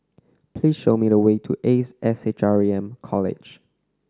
please show me the way to Ace S H R M College